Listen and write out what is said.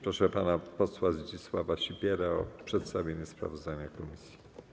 Proszę pana posła Zdzisława Sipierę o przedstawienie sprawozdania komisji.